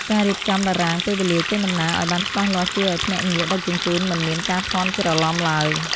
ការរៀបចំតារាងពេលវេលាចេញដំណើរឱ្យបានច្បាស់លាស់ជួយឱ្យភ្នាក់ងារដឹកជញ្ជូនមិនមានការភាន់ច្រឡំឡើយ។